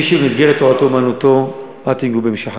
מי שבמסגרת תורתו-אומנותו, "אל תיגעו במשיחי".